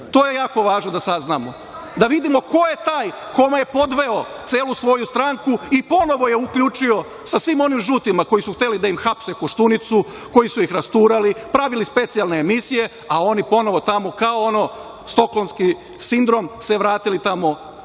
To je jako važno da saznamo. Da vidimo ko je taj kome je podveo celu svoju stranku i ponovo je uključio, sa svim onim žutima koji su hteli da im hapse Koštunicu, koji su ih rasturali, pravili specijalne emisije, a oni ponovo tamo kao ono Štokholmski sindrom se vratili tamo